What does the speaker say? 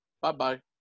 Bye-bye